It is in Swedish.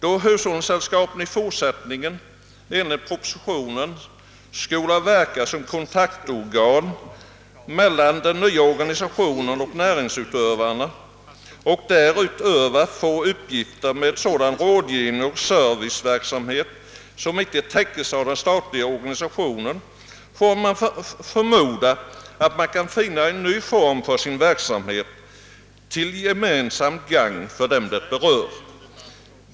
Då hushållningssällskapen i fortsättningen enligt propositionen skall verka som kontaktorgan mellan den nya organisationen och näringsutövarna och därutöver få uppgifter med sådan rådgivning och serviceverksamhet, som inte täckes av den statliga organisationen, får det förmodas att man kan finna en ny form för sin verksamhet till gemensamt gagn för dem det berör.